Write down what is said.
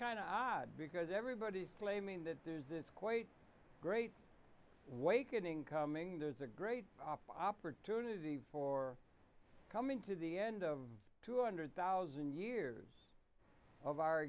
kind because everybody claiming that there's this great great wakening coming there's a great opportunity for coming to the end of two hundred thousand years of our